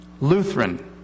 Lutheran